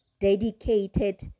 dedicated